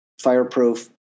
Fireproof